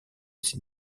ses